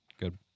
Good